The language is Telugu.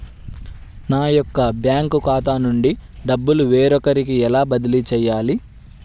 నా యొక్క బ్యాంకు ఖాతా నుండి డబ్బు వేరొకరికి ఎలా బదిలీ చేయాలి?